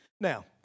Now